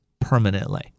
permanently